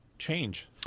Change